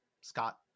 Scott